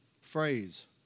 phrase